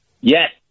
Yes